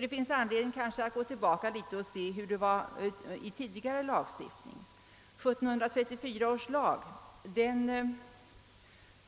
Det kan vara anledning att gå tillbaka i tiden och se hur det var i vår tidigare lagstiftning. I 1734 års lag